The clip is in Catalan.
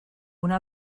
una